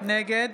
נגד